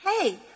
hey